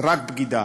זאת רק בגידה.